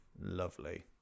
Lovely